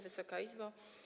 Wysoka Izbo!